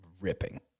ripping